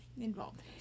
involved